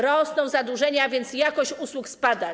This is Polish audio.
Rosną zadłużenia, a więc jakość usług spada.